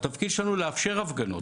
התפקיד שלנו הוא לאפשר הפגנות.